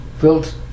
Built